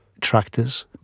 tractors